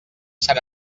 sant